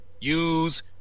use